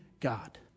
God